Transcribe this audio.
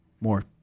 more